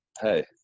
Hey